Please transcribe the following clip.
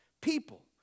people